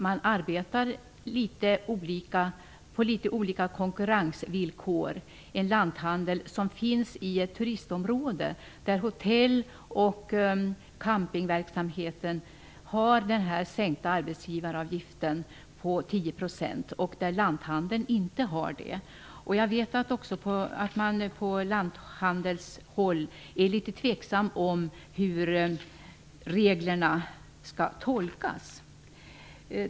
Man arbetar faktiskt på olika konkurrensvillkor i ett turistområde, där hotell och campingverksamheten har fått arbetsgivaravgiften sänkt med tio procentenheter medan så inte är fallet beträffande lanthandeln. På lanthandelshåll är man också tveksam till hur reglerna skall tolkas.